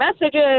messages